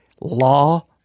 Law